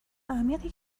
عمیقی